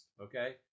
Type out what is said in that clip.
okay